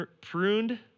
pruned